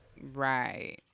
Right